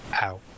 out